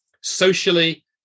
socially